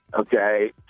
Okay